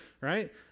right